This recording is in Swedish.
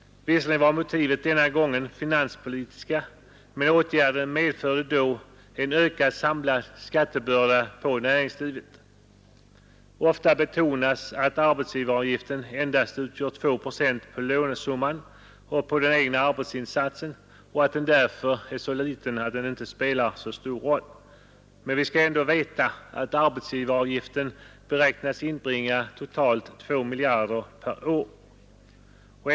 Visserligen var motiven den gången finanspolitiska, men åtgärden medförde då en ökad samlad skattebörda på näringslivet. Det betonas ofta att arbetsgivaravgiften endast utgör 2 procent på lönesumman och på den egna arbetsinsatsen, och att den därför inte spelar så stor roll. Men vi skall ändå veta att arbetsgivaravgiften beräknas inbringa totalt 2 miljarder kronor per år.